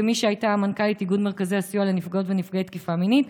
כמי שהייתה מנכ"לית איגוד מרכזי הסיוע לנפגעות ונפגעי תקיפה מינית,